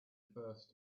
first